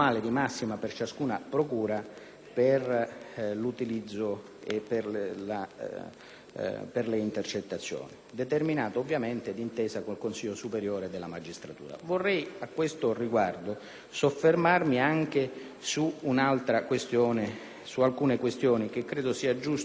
per l'utilizzo delle intercettazioni, determinato ovviamente d'intesa con il Consiglio superiore della magistratura. Vorrei, a questo riguardo, soffermarmi su alcune questioni che credo sia giusto in questa sede precisare,